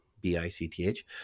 B-I-C-T-H